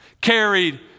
carried